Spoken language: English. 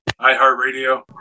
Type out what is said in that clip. iHeartRadio